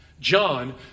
John